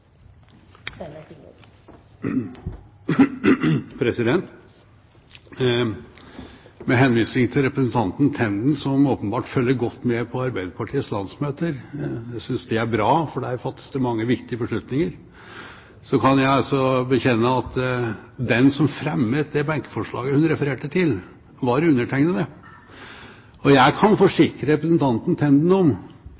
Med henvisning til representanten Tenden, som åpenbart følger godt med på Arbeiderpartiets landsmøter – jeg synes det er bra, for der fattes det mange viktige beslutninger – kan jeg altså bekjenne at den som fremmet det benkeforslaget hun refererte til, var undertegnede. Og jeg kan